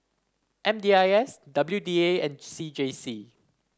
M D I S W D A and C J C